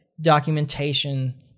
documentation